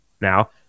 now